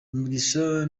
mugisha